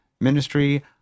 ministry